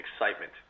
excitement